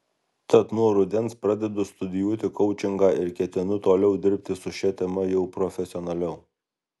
tad nuo rudens pradedu studijuoti koučingą ir ketinu toliau dirbti su šia tema jau profesionaliau